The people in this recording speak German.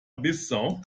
bissau